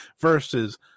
versus